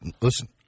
Listen